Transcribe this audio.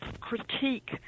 critique